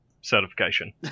certification